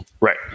Right